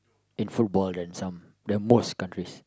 in football and some the most countries